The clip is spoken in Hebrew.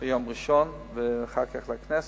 ביום ראשון, ואחר כך לכנסת.